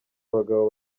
abagabo